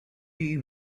you